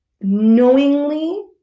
knowingly